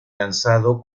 lanzado